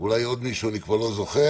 אולי עוד מישהו, אני כבר לא זוכר,